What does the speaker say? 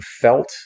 felt